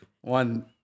one